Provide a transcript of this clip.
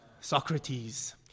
Socrates